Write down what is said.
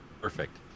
Perfect